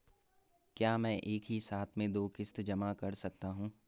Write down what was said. क्या मैं एक ही साथ में दो किश्त जमा कर सकता हूँ?